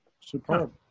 Superb